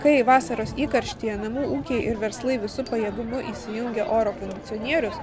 kai vasaros įkarštyje namų ūkiai ir verslai visu pajėgumu įsijungia oro kondicionierius